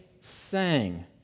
sang